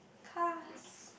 cars